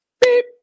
beep